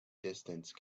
distance